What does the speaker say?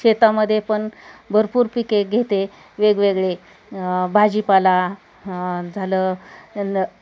शेतामध्ये पण भरपूर पिके घेते वेगवेगळे भाजीपाला झालं